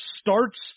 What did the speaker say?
starts